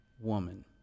woman